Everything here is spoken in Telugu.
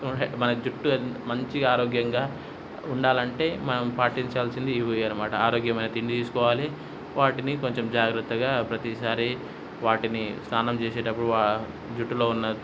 మన జుట్టు మంచిగా ఆరోగ్యంగా ఉండాలంటే మనం పాటించాల్సింది ఇవిగో ఇవే అన్నమాట ఆరోగ్యమైన తిండి తీసుకోవాలి వాటిని కొంచెం జాగ్రత్తగా ప్రతిసారి వాటిని స్నానం చేసేటప్పుడు వా జుట్టులో ఉన్న